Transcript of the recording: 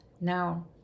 Now